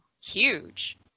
Huge